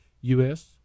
U-S